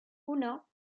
uno